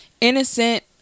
innocent